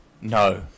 no